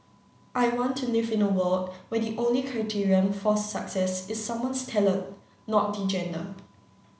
I want to live in a world where the only criterion for success is someone's talent not their gender